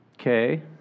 Okay